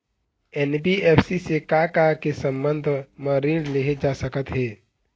NBFC से का का के संबंध म ऋण लेहे जा सकत हे?